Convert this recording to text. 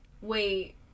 wait